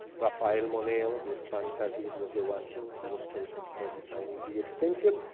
rafael moneo, the spanish architect, was the one who was chosen for designing the extension.